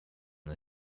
the